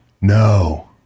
No